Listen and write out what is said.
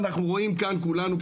אנחנו רואים כאן כולנו,